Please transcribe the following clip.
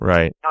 Right